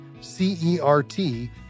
C-E-R-T